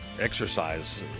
exercise